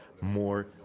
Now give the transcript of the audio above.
more